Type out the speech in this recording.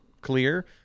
clear